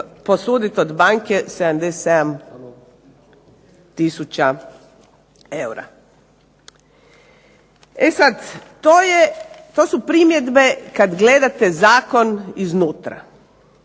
od banke 77000 eura. E sad, to je, to su primjedbe kad gledate zakon iznutra.